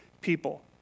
people